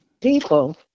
people